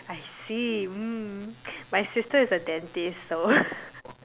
I see mm my sister is a dentist so